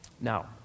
Now